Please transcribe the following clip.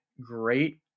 great